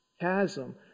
chasm